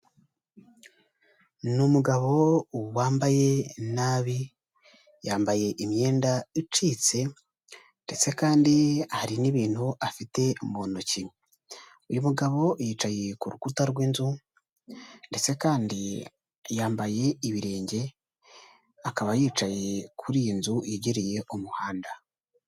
Ni umugabo wambaye nabi, yambaye imyenda icitse ndetse kandi hari n'ibintu afite mu ntoki, uyu mugabo yicaye ku rukuta rw'inzu ndetse kandi yambaye ibirenge, akaba yicaye kuri iyi nzu yegereye umuhanda.